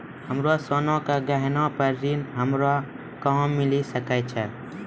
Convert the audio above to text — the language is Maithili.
हमरो सोना के गहना पे ऋण हमरा कहां मिली सकै छै?